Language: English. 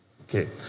Okay